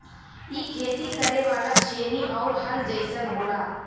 इ खेती करे वाला छेनी आउर हल जइसन होला